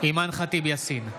אימאן ח'טיב יאסין,